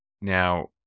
Now